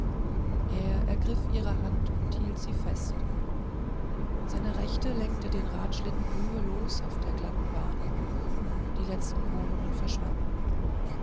er ergriff ihre hand und hielt sie fest seine rechte lenkte den radschlitten mühelos auf der glatten bahn die letzten wohnungen verschwanden